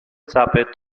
sape